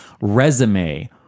Resume